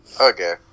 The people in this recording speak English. Okay